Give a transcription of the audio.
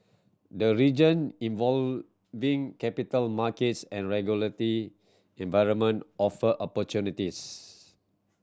the region evolving capital markets and regulatory environment offer opportunities